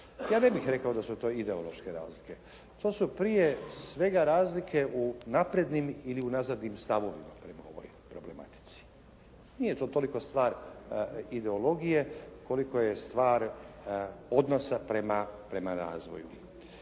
Ja ne bih rekao da su to ideološke razlike. To su prije svega razlike u naprednim ili u nazadnim stavovima prema ovoj problematici. Nije to toliko stvar ideologije koliko je stvar odnosa prema razvoju.